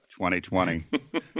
2020